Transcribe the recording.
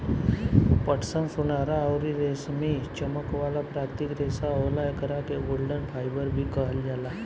पटसन सुनहरा अउरी रेशमी चमक वाला प्राकृतिक रेशा होला, एकरा के गोल्डन फाइबर भी कहल जाला